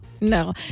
No